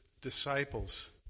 disciples